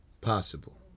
possible